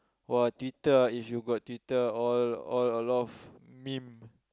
!wah! Twitter ah if you got Twitter all all a lot of meme